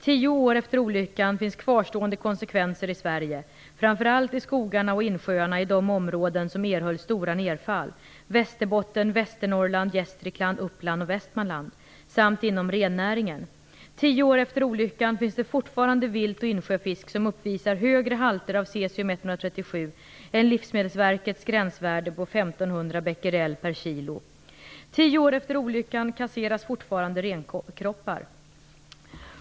Tio år efter olyckan finns kvarstående konsekvenser i Sverige, framför allt i skogarna och insjöarna i de områden som erhöll stora nedfall - Västerbotten, Västernorrland, Gästrikland Tio år efter olyckan finns det fortfarande vilt och insjöfisk som uppvisar högre halter av cesium-137 än Livsmedelsverkets gränsvärde på 1 500 becquerel per kilo. Tio år efter olyckan kasseras fortfarande renkroppar.